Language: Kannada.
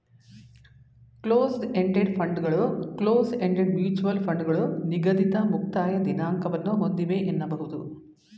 ಕ್ಲೋಸ್ಡ್ ಎಂಡೆಡ್ ಫಂಡ್ಗಳು ಕ್ಲೋಸ್ ಎಂಡೆಡ್ ಮ್ಯೂಚುವಲ್ ಫಂಡ್ಗಳು ನಿಗದಿತ ಮುಕ್ತಾಯ ದಿನಾಂಕವನ್ನ ಒಂದಿವೆ ಎನ್ನಬಹುದು